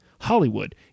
Hollywood